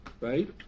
right